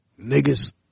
niggas